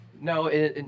No